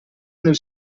nel